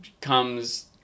comes